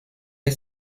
est